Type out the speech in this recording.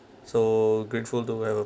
so grateful to wherever